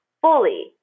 fully